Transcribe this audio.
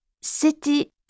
c'était